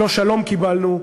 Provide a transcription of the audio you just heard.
לא שלום קיבלנו,